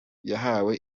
yahawe